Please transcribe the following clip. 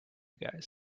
guys